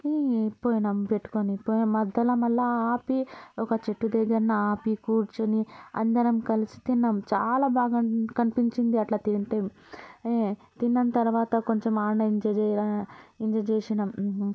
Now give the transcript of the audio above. పోయినాం పెట్టుకొని పోయి మధ్యలో మళ్ళ ఆపి ఒక చెట్టు దగ్గరన ఆపి కూర్చుని అందరం కలిసి తిన్నాం చాలా బాగా అనిపి కనిపించింది అట్ల తింటే ఏ తిన్నాం తర్వాత కొంచెం ఆడ్నే ఎంజాయ్ చేయగా జేసినాం